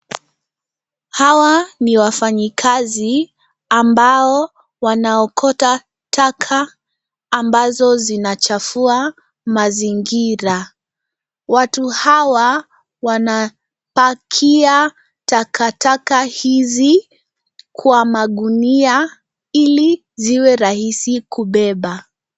Hawa ni wafanyikazi ambao wanaokota taka ambazo zinachafua bmazingira. Watu hawa wanapakia takataka hizi Kwa magunia ili ziwe rahisi kubeba.